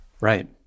right